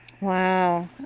Wow